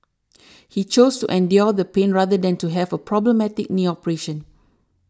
he chose to endure the pain rather than to have a problematic knee operation